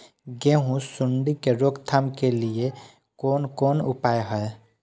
गेहूँ सुंडी के रोकथाम के लिये कोन कोन उपाय हय?